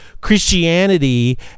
Christianity